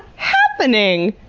happening?